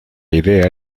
idea